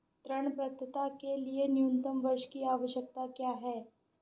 ऋण पात्रता के लिए न्यूनतम वर्ष की आवश्यकता क्या है?